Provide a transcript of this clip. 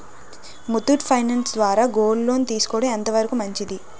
Muthoot Finance ద్వారా gold loan తీసుకోవడం ఎంత వరకు మంచిది?